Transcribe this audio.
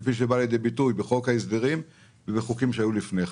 כפי שהם באו לידי ביטוי בחוק ההסדרים ובחוקים שהיו לפני כן.